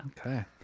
okay